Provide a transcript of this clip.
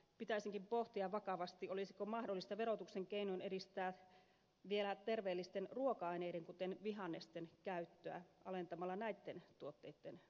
pitäisikin pohtia vakavasti olisiko mahdollista verotuksen keinoin edistää vielä terveellisten ruoka aineiden kuten vihannesten käyttöä alentamalla näitten tuotteitten verotusta